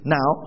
Now